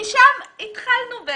משם התחלנו.